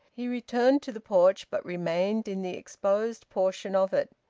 he returned to the porch, but remained in the exposed portion of it.